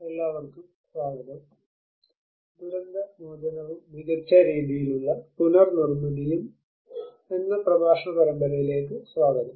എല്ലാവർക്കും സ്വാഗതം ദുരന്ത മോചനവും മികച്ച രീതിയിലുള്ള പുനർ നിർമ്മിതിയും എന്ന പ്രഭാഷണ പരമ്പരയിലേക്ക് സ്വാഗതം